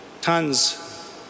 tons